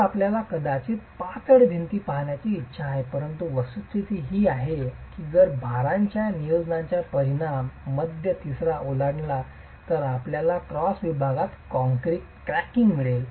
आज आपल्याला कदाचित पातळ भिंती पाहण्याची इच्छा आहे परंतु वस्तुस्थिती अशी आहे की जर भारांच्या संयोजनाचा परिणाम मध्य तिसरा ओलांडला तर आपल्याला क्रॉस विभागात क्रॅकिंग मिळेल